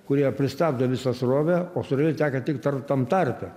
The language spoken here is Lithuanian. kurie pristabdo visą srovę o srovė teka tik tar tam tarpe